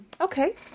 Okay